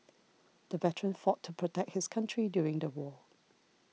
the veteran fought to protect his country during the war